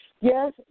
Yes